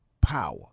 power